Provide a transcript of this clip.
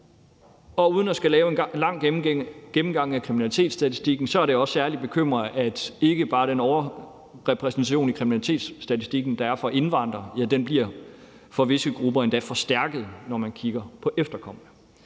og uden at skulle lave en lang gennemgang af kriminalitetsstatistikken er det også særligt bekymrende, ikke bare at der er den overrepræsentation i kriminalitetsstatistikken af indvandrere, der er, men at den for visse grupper endda bliver forstærket, når man kigger på efterkommere.